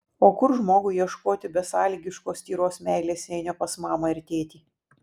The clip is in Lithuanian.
o kur žmogui ieškoti besąlygiškos tyros meilės jei ne pas mamą ir tėtį